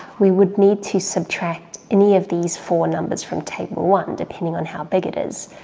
we would need to subtract any of these four numbers from table one, depending on how big it is.